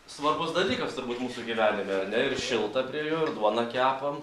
svarbus dalykas turbūt mūsų gyvenime ar ne ir šilta prie jo duoną kepam